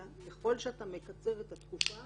אלא ככל שאתה מקצר את התקופה